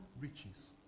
riches